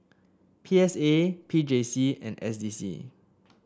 P S A P J C and S D C